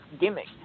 gimmick